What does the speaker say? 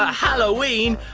ah halloween.